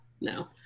No